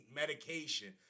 medication